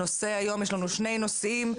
היום יש לנו שני נושאים.